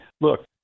look